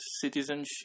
citizenship